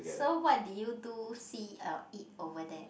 so what did you do see or eat over there